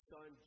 Son